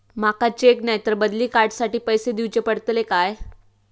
माका चेक नाय तर बदली कार्ड साठी पैसे दीवचे पडतले काय?